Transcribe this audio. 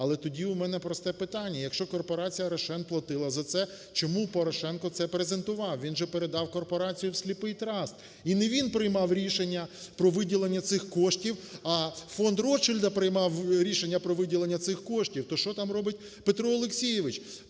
Але тоді в мене просте питання, якщо Корпорація "Рошен" платила за це, чому Порошенко це презентував, він же передав корпорацію в сліпий траст. І не він приймав рішення про виділення цих коштів, а Фонд Ротшильда приймав рішення про виділення цих коштів, то що там робить Петро Олексійович?